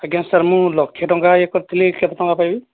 ଆଜ୍ଞା ସାର୍ ମୁଁ ଲକ୍ଷେ ଟଙ୍କା ଇଏ କରିଥିଲି କେତେ ଟଙ୍କା ପାଇବି